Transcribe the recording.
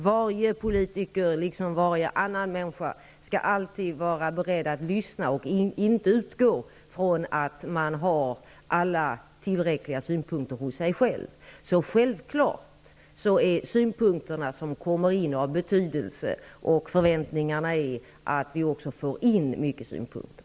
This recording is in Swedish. Varje politiker, liksom varje annan människa, skall alltid vara beredd att lyssna och inte utgå från att man har alla tillräckliga synpunkter hos sig själv. De synpunkter som kommer in är självfallet av betydelse. Vi förväntar oss är att vi också får in många synpunkter.